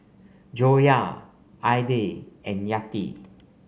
Joyah Aidil and Yati